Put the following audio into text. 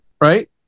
right